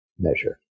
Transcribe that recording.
measure